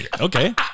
okay